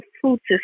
fruits